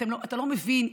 אתה לא מבין,